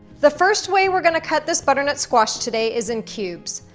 the first way we're going to cut this butternut squash today is in cubes.